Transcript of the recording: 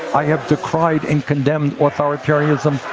i have decried and condemned authoritarianism,